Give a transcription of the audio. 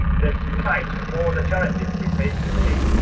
despite all the challenges we face today,